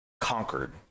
conquered